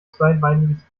zweibeiniges